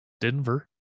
Denver